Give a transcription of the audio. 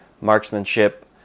Marksmanship